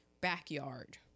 backyard